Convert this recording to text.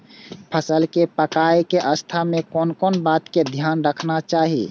फसल के पाकैय के अवस्था में कोन कोन बात के ध्यान रखना चाही?